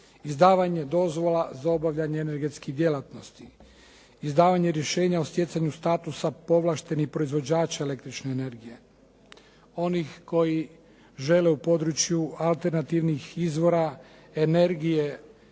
Izdavanje dozvola za obavljanje energetskih djelatnosti, izdavanje rješenja o stjecanju statusu povlaštenih proizvođača električne energije, onih koji žele u području alternativnih izvora energije,